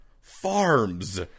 Farms